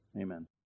Amen